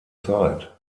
zeit